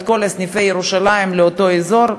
את כל סניפי ירושלים לאותו אזור.